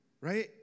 Right